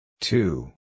Two